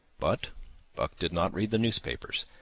but buck did not read the newspapers,